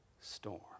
storm